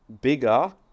bigger